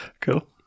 Cool